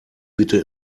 bitte